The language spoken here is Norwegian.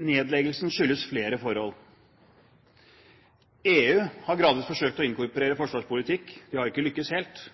Nedleggelsen skyldes flere forhold. EU har gradvis forsøkt å inkorporere forsvarspolitikk. De har ikke lyktes helt,